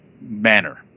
manner